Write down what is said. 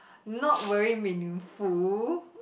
not very meaningful